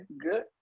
good